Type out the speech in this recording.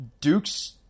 Dukes